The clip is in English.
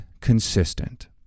consistent